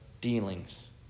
dealings